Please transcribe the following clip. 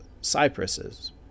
cypresses